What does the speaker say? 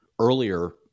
earlier